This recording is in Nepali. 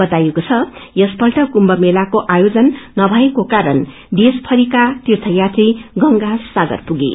वताइएको छ कि यसपल्ट कुम्थ मेलको आयोजन नभएको कारण देशभरिका तीर्थयात्री गंगासागर पुगे